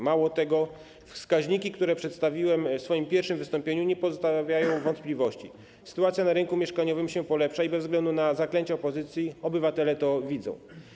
Mało tego, wskaźniki, które przedstawiłem w swoim pierwszym wystąpieniu, nie pozostawiają wątpliwości, że sytuacja na rynku mieszkaniowym się polepsza, i bez względu na zaklęcia opozycji obywatele to widzą.